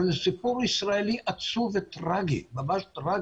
הרי זה סיפור ישראלי עצוב וטרגי, ממש טרגי,